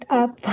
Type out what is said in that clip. up